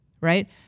right